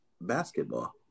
basketball